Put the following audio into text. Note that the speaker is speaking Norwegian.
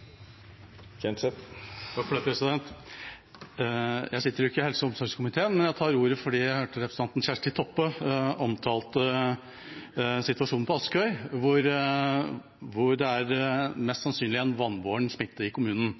omsorgskomiteen, men jeg tar ordet fordi jeg hørte representanten Kjersti Toppe omtale situasjonen på Askøy, hvor det mest sannsynlig er en vannbåren smitte i kommunen.